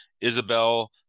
Isabel